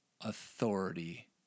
authority